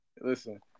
Listen